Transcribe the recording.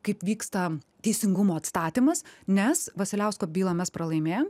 kaip vyksta teisingumo atstatymas nes vasiliausko bylą mes pralaimėjom